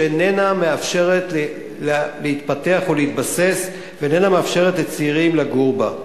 שאיננה מאפשרת לעצמה להתפתח ולהתבסס ואיננה מאפשרת לצעירים לגור בה.